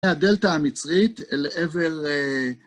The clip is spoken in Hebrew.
הדלתא המצרית לעבר...